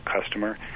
customer